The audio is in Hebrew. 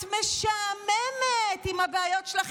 את משעממת עם הבעיות שלך,